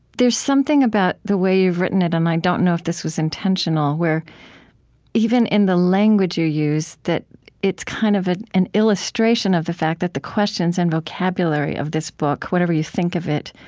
there's something about the way you've written it, and i don't know if this was intentional, where even in the language you use, that it's kind of ah an illustration of the fact that the questions and vocabulary of this book, whatever you think of it,